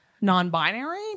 non-binary